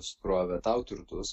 sukrovė tau turtus